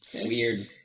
Weird